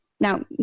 Now